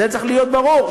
זה צריך להיות ברור.